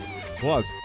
Plus